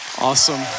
Awesome